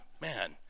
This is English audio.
Man